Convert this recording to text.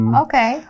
okay